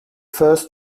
first